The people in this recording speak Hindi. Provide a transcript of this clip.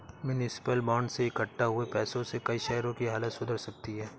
म्युनिसिपल बांड से इक्कठा हुए पैसों से कई शहरों की हालत सुधर सकती है